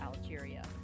Algeria